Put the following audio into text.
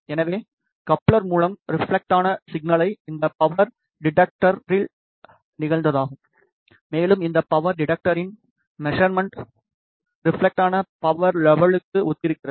எனவே கப்ளர் மூலம் ரெப்லெக்டான சிக்னலை இந்த பவர் டிடெக்டரில் நிகழ்ந்ததாகும் மேலும் இந்த பவர் டிடெக்டரின் மெஷர்மென்ட் ரெப்லெக்டான பவர் லெவல்க்கு ஒத்திருக்கிறது